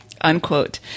unquote